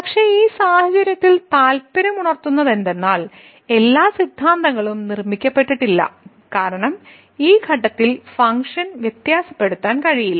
പക്ഷേ ഈ സാഹചര്യത്തിൽ താൽപ്പര്യമുണർത്തുന്നതെന്തെന്നാൽ എല്ലാ സിദ്ധാന്തങ്ങളും നിർമ്മിക്കപ്പെട്ടിട്ടില്ല കാരണം ഈ ഘട്ടത്തിൽ ഫങ്ക്ഷൻ വ്യത്യാസപ്പെടുത്താൻ കഴിയില്ല